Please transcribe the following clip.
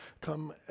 come